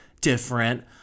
different